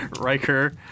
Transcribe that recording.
Riker